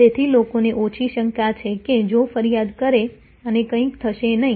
તેથી લોકોને ઓછી શંકા છે કે જો ફરિયાદ કરે અને કંઈ થશે નહીં